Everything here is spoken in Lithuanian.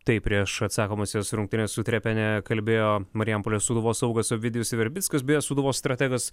taip prieš atsakomąsias rungtynes su trepene kalbėjo marijampolės sūduvos saugas ovidijus verbickas beje sūduvos strategas